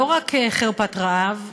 לא רק חרפת רעב,